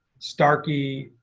starkey,